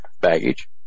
baggage